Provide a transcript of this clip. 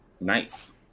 Nice